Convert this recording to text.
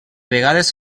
vegades